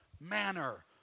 manner